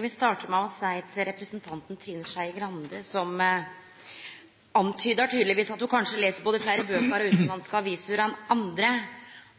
vil starte med å seie følgjande til representanten Trine Skei Grande: Ho antyda at ho les kanskje både fleire bøker og fleire utanlandske aviser enn andre,